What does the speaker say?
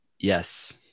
Yes